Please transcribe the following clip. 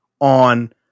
on